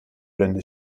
blende